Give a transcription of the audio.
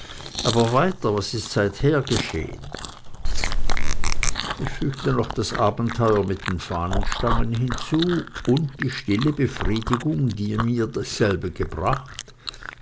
aber weiter was ist seither geschehen ich fügte noch das abenteuer mit den fahnenstangen hinzu und die stille befriedigung die mir dasselbe gebracht